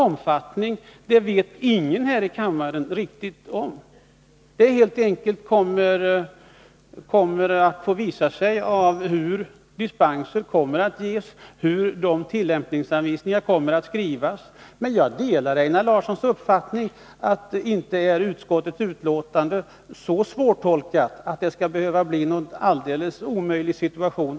Omfattningen vet ingen här i kammaren någonting om. Det får helt enkelt visas av hur dispens ges och hur tillämpningsanvisningarna kommer att skrivas. Jag delar Einar Larssons 85 Nr 118 uppfattning att utskottets betänkande inte är så svårtolkat att det skall Onsdagen den behöva bli alldeles omöjligt att klara detta.